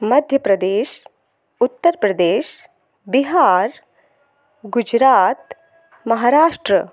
Madhya Pradesh Uttar Pradesh Bihar Gujarat Maharashtra